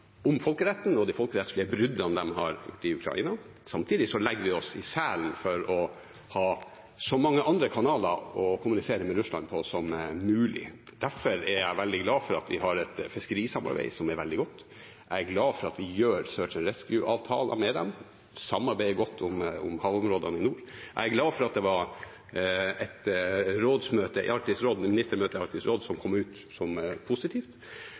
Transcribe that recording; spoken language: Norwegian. om folkeretten og de folkerettslige bruddene de har gjort i Ukraina. Samtidig legger vi oss i selen for å ha så mange andre kanaler som mulig å kommunisere med Russland gjennom. Derfor er jeg veldig glad for at vi har et fiskerisamarbeid som er veldig godt. Jeg er glad for at vi gjør «search and rescue»-avtaler med dem, og samarbeider godt om havområdene i nord. Jeg er glad for at det var et ministermøte i Arktisk råd som kom ut som positivt.